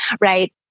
Right